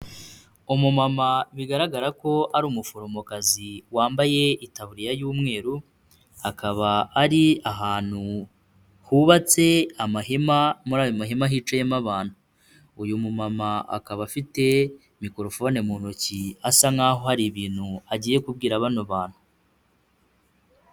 Umumama bigaragara ko ari umuforomokazi wambaye itaburiya y'umweru, akaba ari ahantu hubatse amahema, muri ayo mahema hicayemo abantu, uyu mumama akaba afite microphone mu ntoki asa nk'aho hari ibintu agiye kubwira bano bantu.